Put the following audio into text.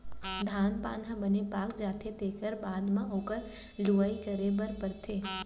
धान पान ह बने पाक जाथे तेखर बाद म ओखर लुवई करे बर परथे